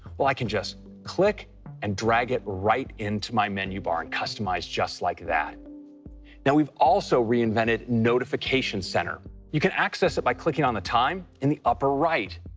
i can just click and drag it right into my menu bar and customize just like that. now we've also reinvented notification center. you can access it by clicking on the time in the upper right.